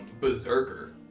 Berserker